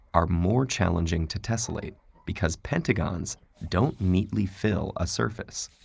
are more challenging to tessellate because pentagons don't neatly fill a surface,